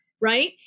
right